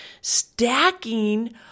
stacking